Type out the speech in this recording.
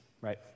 right